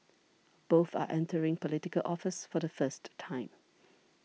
both are entering Political Office for the first time